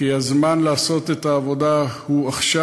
כי הזמן לעשות את העבודה הוא עכשיו.